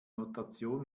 notation